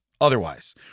otherwise